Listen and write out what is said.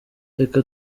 reka